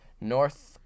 North